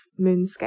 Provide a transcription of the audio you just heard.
moonscape